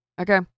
Okay